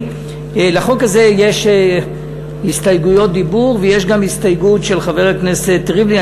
לחוק הזה יש הסתייגויות דיבור ויש גם הסתייגות של חבר הכנסת ריבלין.